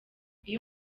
iyo